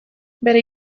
bere